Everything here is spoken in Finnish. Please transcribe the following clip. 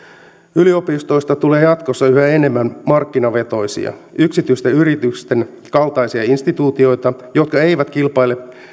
yliopistoista tulee jatkossa yhä enemmän markkinavetoisia yksityisten yritysten kaltaisia instituutioita jotka eivät kilpaile